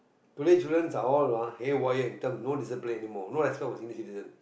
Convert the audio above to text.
today children are all ah haywire in terms no discipline anymore no respect our senior citizen